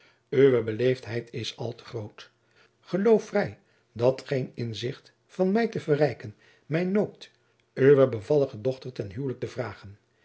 uwe beleefdheid is al te groot geloof vrij dat geen inzicht van mij te verrijken mij noopt uwe bevallige dochter ten huwelijk te vragen